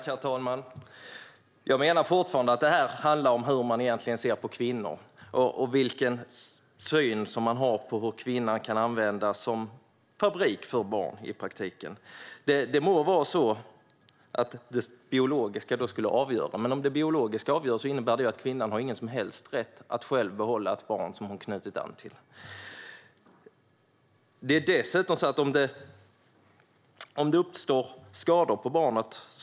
Herr talman! Jag menar fortfarande att det handlar om hur man egentligen ser på kvinnor och på hur kvinnan i praktiken kan användas som en fabrik för att tillverka barn. Det må vara att det biologiska ska avgöra, men det innebär att kvinnan inte har någon som helst rätt att behålla ett barn som hon har knutit an till. Ledamoten svarade dessutom inte på vad som händer om det uppstår skador på barnet.